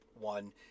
one